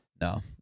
No